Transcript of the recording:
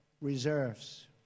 reserves